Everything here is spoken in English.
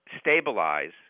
stabilize